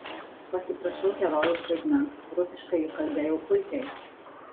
pasiprašiau herojaus vaidmens rusiškai juk kalbėjau puikiai